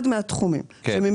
אחד מהתחומים.